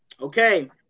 Okay